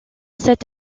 cette